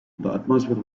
atmosphere